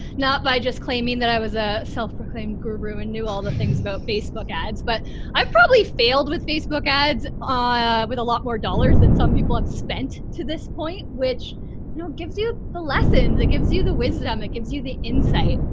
not by just claiming that i was a self proclaimed guru and knew all the things about facebook ads, but i've probably failed with facebook ads, ah, with a lot more dollars than some people have spent to this point. which no, it gives you the lessons that gives you the wisdom. it gives you the insight.